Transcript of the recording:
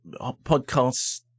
podcasts